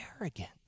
arrogant